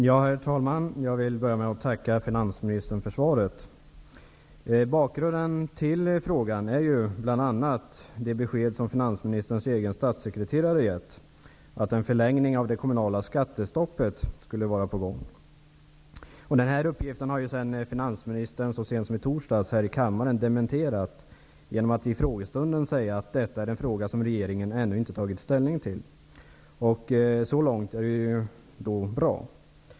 Herr talman! Jag vill börja med att tacka finansministern för svaret. Bakgrunden till frågan är bl.a. det besked som finansministerns egen statssekreterare har gett, att en förlängning av det kommunala skattestoppet skulle vara på gång. Denna uppgift har finansministern så sent som i torsdags dementerat här i kammaren, genom att vid frågestunden säga att detta är en fråga som regeringen ännu inte har tagit ställning till. Så långt är det bra.